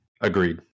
Agreed